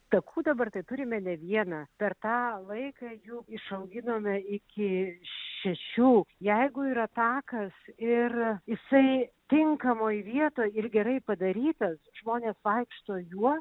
takų dabar tai turime ne vieną per tą laiką jų išauginome iki šešių jeigu yra takas ir jisai tinkamoj vietoj ir gerai padarytas žmonės vaikšto juo